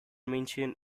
mentioned